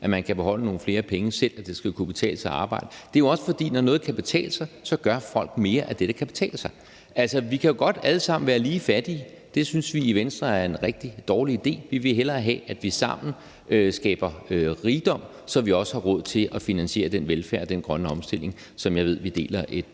at man kan beholde nogle flere penge selv, og at det skal kunne betale sig at arbejde. Det er jo også, fordi når noget kan betale sig, gør folk mere af det, der kan betale sig. Vi kan godt alle sammen være lige fattige. Det synes vi i Venstre er en rigtig dårlig idé. Vi vil hellere have, at vi sammen skaber rigdom, så vi også har råd til at finansiere den velfærd og den grønne omstilling, som jeg ved at vi deler et